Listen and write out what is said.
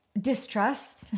distrust